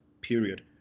Period